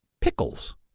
Pickles